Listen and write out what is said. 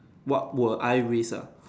what will I risk ah